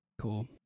Cool